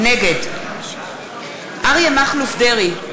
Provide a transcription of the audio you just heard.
נגד אריה מכלוף דרעי,